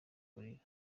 kurira